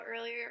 earlier